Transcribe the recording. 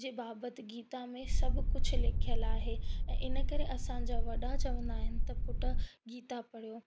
जंहिं भागवत गीता में सभु कुझु लिखियलु आहे ऐं इन करे असांजा वॾा चवंदा आहिनि त पुटु गीता पढ़ियो